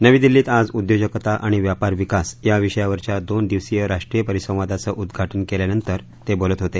नवी दिल्लीत आज उद्योजकता आणि व्यापार विकास या विषयावरच्या दोन दिवसीय राष्ट्रीय परिसंवादाचं उद्वाटन केल्यानंतर ते बोलत होते